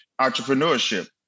entrepreneurship